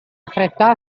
affrettò